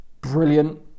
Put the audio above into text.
brilliant